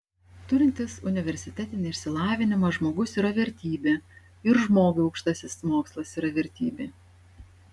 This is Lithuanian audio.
turintis universitetinį išsilavinimą žmogus yra vertybė ir žmogui aukštasis mokslas yra vertybė